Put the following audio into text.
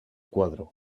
cuadro